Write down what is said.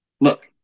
look